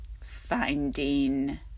finding